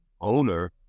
owner